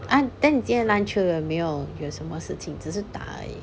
ah then 你今天篮球有没有有什么事情只是打而已